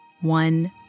one